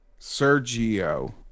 Sergio